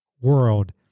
world